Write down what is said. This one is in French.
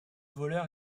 voleur